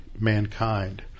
mankind